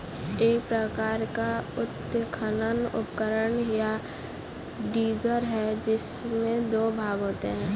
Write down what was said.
एक प्रकार का उत्खनन उपकरण, या डिगर है, जिसमें दो भाग होते है